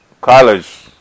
college